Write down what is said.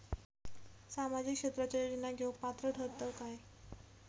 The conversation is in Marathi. सामाजिक क्षेत्राच्या योजना घेवुक पात्र ठरतव काय?